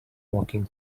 walking